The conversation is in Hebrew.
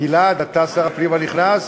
גלעד, אתה שר הפנים הנכנס?